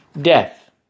death